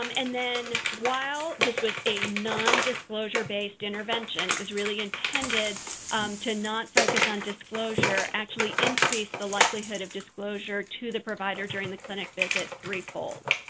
um and then, while this was a nondisclosure-based intervention it was really intended to not focus on disclosure actually increased the likelihood of disclosure to the provider during the clinic visit threefold.